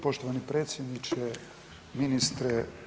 Poštovani predsjedniče, ministre.